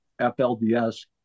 flds